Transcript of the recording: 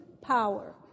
power